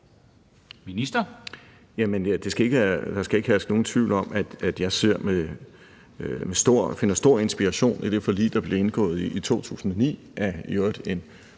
Jamen der skal ikke herske nogen tvivl om, at jeg finder stor inspiration i det forlig, der blev indgået i 2009, og